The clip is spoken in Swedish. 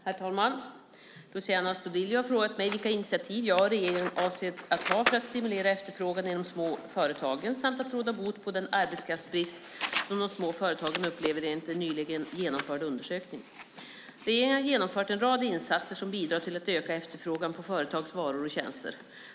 Herr talman! Luciano Astudillo har frågat mig vilka initiativ jag och regeringen avser att ta för att stimulera efterfrågan i de små företagen samt för att råda bot på den arbetskraftsbrist som de små företagen upplever enligt en nyligen genomförd undersökning. Regeringen har genomfört en rad insatser som bidrar till att öka efterfrågan på företags varor och tjänster.